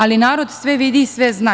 Ali narod sve vidi i sve zna.